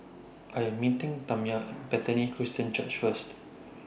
I Am meeting Tamya Bethany Christian Church First